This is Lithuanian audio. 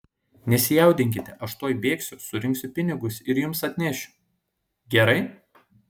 nesijaudinkite aš tuoj bėgsiu surinksiu pinigus ir jums atnešiu gerai